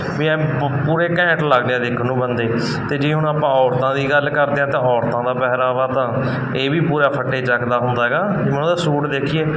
ਵੀ ਐਨ ਪੂਰੇ ਘੈਂਟ ਲੱਗਦੇ ਆ ਦੇਖਣ ਨੂੰ ਬੰਦੇ ਅਤੇ ਜੇ ਹੁਣ ਆਪਾਂ ਔਰਤਾਂ ਦੀ ਗੱਲ ਕਰਦੇ ਹਾਂ ਤਾਂ ਔਰਤਾਂ ਦਾ ਪਹਿਰਾਵਾ ਤਾਂ ਇਹ ਵੀ ਪੂਰਾ ਫੱਟੇ ਚੱਕਦਾ ਹੁੰਦਾ ਹੈਗਾ ਉਹਨਾਂ ਦਾ ਸੂਟ ਦੇਖੀਏ